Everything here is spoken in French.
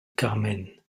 carmen